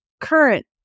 current